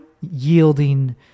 yielding